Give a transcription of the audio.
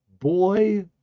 boy